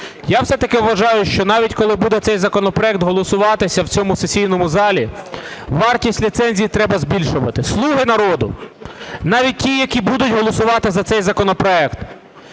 Я все-таки вважаю, що навіть, коли буде цей законопроект голосуватись в цьому сесійному залі, вартість ліцензії треба збільшувати. "Слуги народу", навіть ті, які будуть голосувати за цей законопроект,